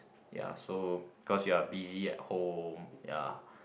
ya so cause you're busy at home ya